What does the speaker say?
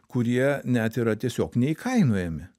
kurie net yra tiesiog neįkainojami